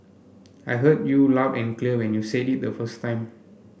I heard you love and clear when you said it the first time